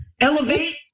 Elevate